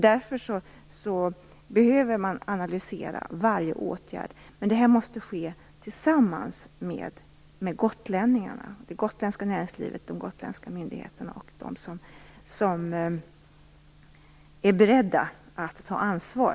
Därför måste varje åtgärd analyseras. Det måste ske tillsammans med gotlänningarna, det gotländska näringslivet, myndigheterna och de som är beredda att ta ansvar.